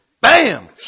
bam